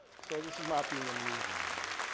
so this is not being amusing anymore.